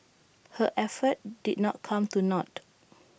her efforts did not come to naught